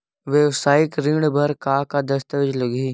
वेवसायिक ऋण बर का का दस्तावेज लगही?